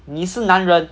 你是男人